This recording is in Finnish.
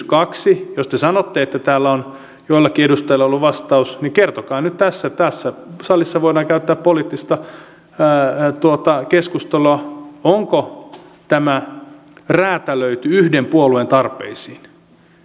ja jos te sanotte että täällä on joillakin edustajilla ollut vastaus kertokaa nyt tässä tässä salissa voidaan käydä poliittista keskustelua onko tämä räätälöity yhden puolueen tarpeisiin